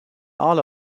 all